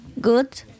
Good